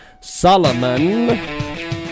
Solomon